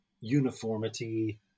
uniformity